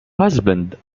husband